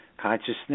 Consciousness